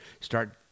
Start